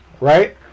Right